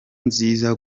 nziza